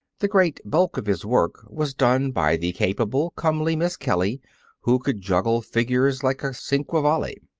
the great bulk of his work was done by the capable, comely miss kelly who could juggle figures like a cinquevalli.